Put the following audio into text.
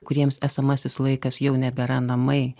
kuriems esamasis laikas jau nebėra namai